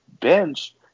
bench